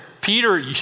Peter